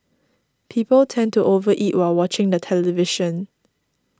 people tend to over eat while watching the television